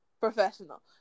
professional